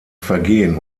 vergehen